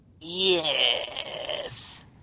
Yes